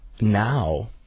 now